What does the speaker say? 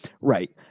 Right